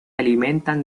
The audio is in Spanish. alimentan